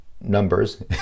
numbers